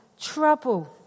trouble